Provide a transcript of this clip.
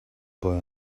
boy